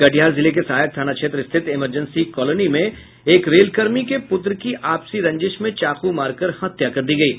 कटिहार जिले के सहायक थाना क्षेत्र स्थित इमरजेंसी कॉलोनी में एक रेलकर्मी के पुत्र की आपसी रंजिश में चाकू मारकर हत्या कर दी गयी